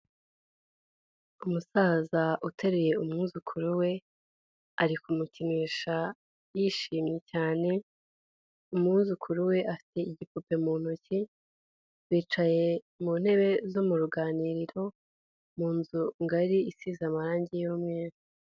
Umusaza uteruye umwuzukuru we, ari kumukinisha yishimye cyane, umwuzukuru we afite igipupe mu ntoki, bicaye mu ntebe zo mu ruganiriro mu nzu ngari isize amarange y'umweru.